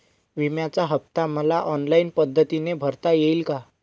विम्याचा हफ्ता मला ऑनलाईन पद्धतीने भरता येईल का?